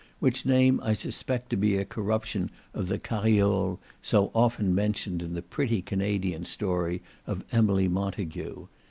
which name i suspect to be a corruption of the cariole so often mentioned in the pretty canadian story of emily montagu.